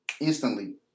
instantly